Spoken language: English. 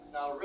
Now